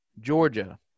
Georgia